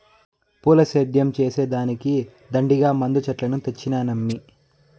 పూల సేద్యం చేసే దానికి దండిగా మందు చెట్లను తెచ్చినానమ్మీ